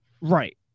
Right